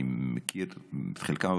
אני מכיר את חלקם,